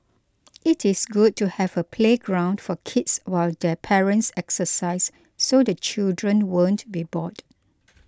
it is good to have a playground for kids while their parents exercise so the children won't be bored